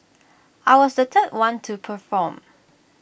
I was the third one to perform